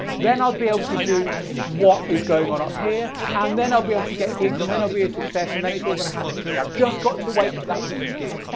then i'll be able to do what is going on up here, and then i'll be able to get gigs and then i'll be a success, and then it's all gonna happen for me. i've just got to wait for that piece of gear.